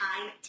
time